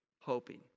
hoping